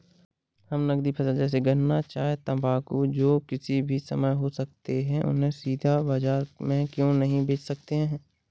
हम नगदी फसल जैसे गन्ना चाय तंबाकू जो किसी भी समय में हो सकते हैं उन्हें सीधा बाजार में क्यो नहीं बेच सकते हैं?